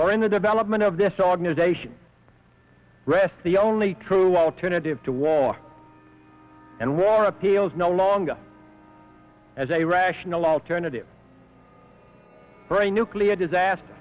the development of this organization rests the only true alternative to war and war appeals no longer as a rational alternative or a nuclear disaster